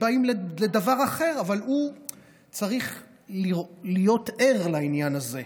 שבאים אליו לדבר אחר אבל הוא צריך להיות ער לעניין הזה,